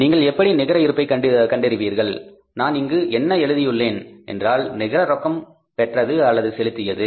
நீங்கள் எப்படி நிகர இருப்பை கண்டறிவீர்கள் நான் இங்கு என்ன எழுதியுள்ளேன் என்றால் நிகர ரொக்கம் பெற்றது செலுத்தியது